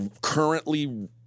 currently